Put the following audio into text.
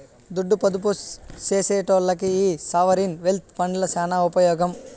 దుడ్డు పొదుపు సేసెటోల్లకి ఈ సావరీన్ వెల్త్ ఫండ్లు సాన ఉపమోగం